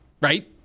right